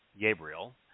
Gabriel